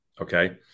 Okay